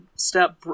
Step